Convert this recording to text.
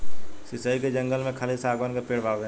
शीशइ के जंगल में खाली शागवान के पेड़ बावे